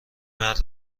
مرد